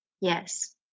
Yes